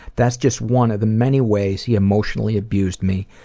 that's just one of the many ways he emotionally abused me,